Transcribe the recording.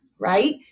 Right